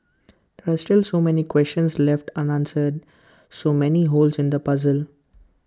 there are still so many questions left unanswered so many holes in the puzzle